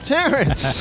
Terrence